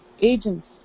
agents